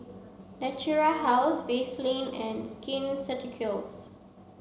Natura House Vaselin and Skin Ceuticals